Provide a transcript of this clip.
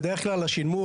בדרך כלל השנמוך,